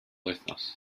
wythnos